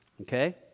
Okay